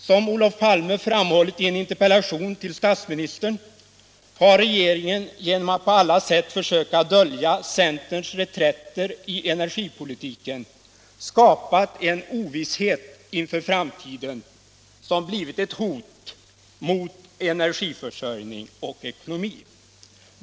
Som Olof Palme framhållit i en interpellation till statsministern har regeringen genom att på alla sätt försöka dölja centerns reträtter i energipolitiken skapat en ovisshet inför framtiden som blivit ett hot mot energiförsörjning och ekonomi.